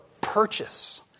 purchase